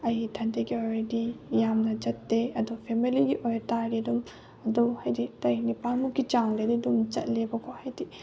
ꯑꯩ ꯏꯊꯟꯇꯒꯤ ꯑꯣꯏꯔꯗꯤ ꯌꯥꯝꯅ ꯆꯠꯇꯦ ꯑꯗꯣ ꯐꯦꯃꯦꯂꯤꯒꯤ ꯑꯣꯏꯇꯔꯗꯤ ꯑꯗꯨꯝ ꯑꯗꯣ ꯍꯥꯏꯗꯤ ꯇꯔꯦꯠ ꯅꯤꯄꯥꯜꯃꯨꯛꯀꯤ ꯆꯥꯡꯗꯗꯤ ꯑꯗꯨꯝ ꯆꯠꯂꯦꯕꯀꯣ ꯍꯥꯏꯗꯤ